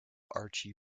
archie